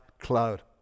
cloud